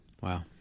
Wow